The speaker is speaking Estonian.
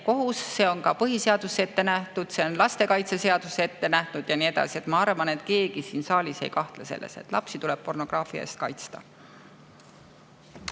kohus, see on põhiseaduses ette nähtud, see on ka lastekaitseseaduses ette nähtud ja nii edasi. Ma arvan, et keegi siin saalis ei kahtle selles, et lapsi tuleb pornograafia eest kaitsta.